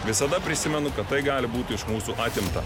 visada prisimenu kad tai gali būti iš mūsų atimta